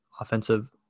offensive